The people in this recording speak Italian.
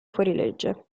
fuorilegge